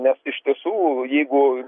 nes iš tiesų jeigu